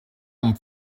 amb